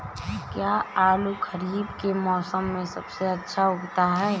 क्या आलू खरीफ के मौसम में सबसे अच्छा उगता है?